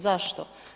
Zašto?